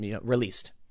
released